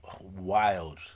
Wild